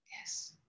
yes